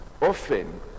often